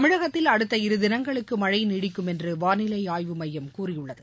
தமிழகத்தில் அடுத்த இருதினங்களுக்கு மழை நீடிக்கும் என்று வானிலை ஆய்வு மையம் கூறியுள்ளது